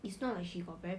six hours leh